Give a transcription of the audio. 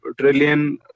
trillion